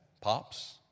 Pops